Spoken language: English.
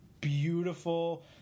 beautiful